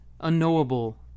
Unknowable